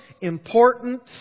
important